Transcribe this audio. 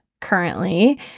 currently